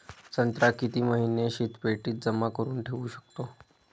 संत्रा किती महिने शीतपेटीत जमा करुन ठेऊ शकतो?